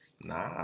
nah